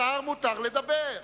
לשר מותר לדבר.